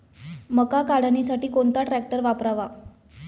मका काढणीसाठी कोणता ट्रॅक्टर वापरावा?